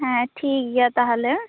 ᱦᱮ ᱴᱷᱤᱠ ᱜᱮᱭᱟ ᱛᱟᱦᱚᱞᱮ